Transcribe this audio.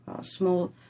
small